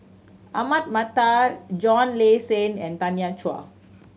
Ahmad Mattar John Le Cain and Tanya Chua